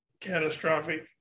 catastrophic